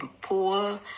poor